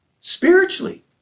spiritually